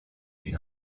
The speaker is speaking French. une